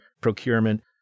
procurement